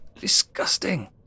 Disgusting